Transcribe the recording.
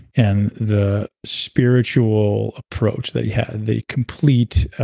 and the spiritual approach that he had, the complete.